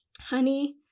honey